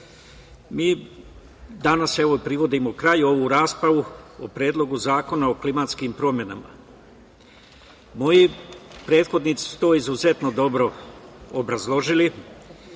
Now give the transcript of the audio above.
mi danas, evo privodimo kraju ovu raspravu o predlogu Zakona o klimatskim promenama. Moji prethodnici su to izuzetno dobro obrazložili.